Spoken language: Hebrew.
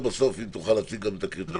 ובסוף אם תוכל להציג גם את הקריטריונים.